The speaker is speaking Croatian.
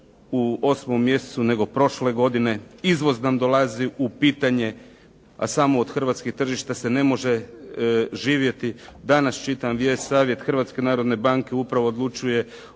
u osmom mjesecu, nego prošle godine. Izvoz nam dolazi u pitanje, a samo od hrvatskih tržišta se ne može živjeti. Danas čitam vijest Savjet Hrvatske